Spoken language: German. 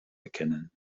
erkennen